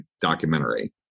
documentary